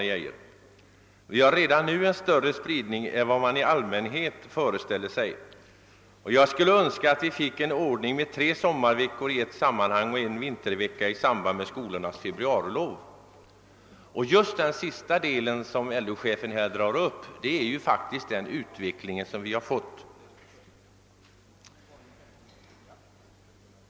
Vi har redan en större spridning av semestern än man i allmänhet föreställer sig. Arne Geijer talade om en ordning med semestern fördelad på tre sommarveckor i ett sammanhang och en vintervecka i samband med skolornas februarilov. Det sista önskemålet som LO-chefen tog upp har redan börjat tillgodoses genom den utveckling som är på gång.